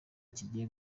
kigiye